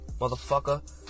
Motherfucker